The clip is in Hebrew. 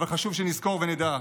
חשוב שנזכור ונדע: